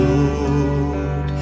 Lord